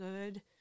good